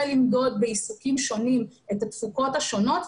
למדוד בעיסוקים שונים את התפוקות השונות.